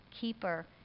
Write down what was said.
keeper